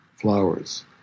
flowers